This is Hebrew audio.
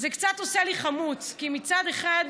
עושה לי חמוץ, כי מצד אחד,